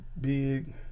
big